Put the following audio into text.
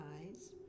eyes